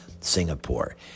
Singapore